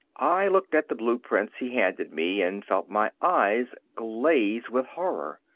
i looked at the blueprints he handed me and felt my eyes glaze with horror.